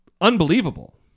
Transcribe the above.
unbelievable